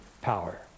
power